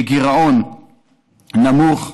בגירעון נמוך,